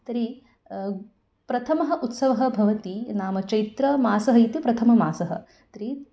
तर्हि प्रथमः उत्सवः भवति नाम चैत्रमासः इति प्रथममासः तर्हि